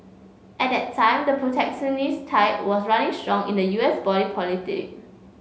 at that time the protectionist tide was running strong in the U S body politic